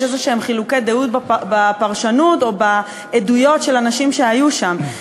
חילוקי דעות כלשהם בפרשנות או בעדויות של אנשים שהיו שם.